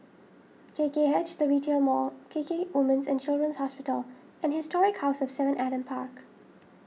K K H the Retail Mall K K Women's and Children's Hospital and Historic House of Seven Adam Park